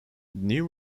new